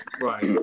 Right